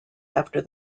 after